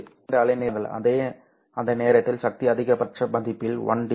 அதாவது இரண்டு அலைநீளங்களைப் பாருங்கள் அந்த நேரத்தில் சக்தி அதிகபட்ச மதிப்பில் 1 dB